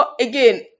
again